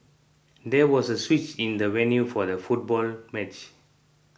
there was a switch in the venue for the football match